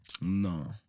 No